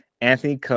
Anthony